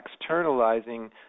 externalizing